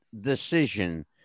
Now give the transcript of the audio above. decision